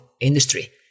industry